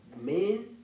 men